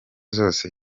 zose